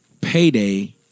payday